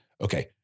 Okay